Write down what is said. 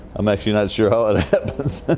i'm actually not sure how it happens.